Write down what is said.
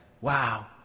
wow